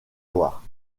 loire